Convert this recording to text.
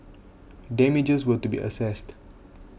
damages were to be assessed